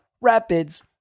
Rapids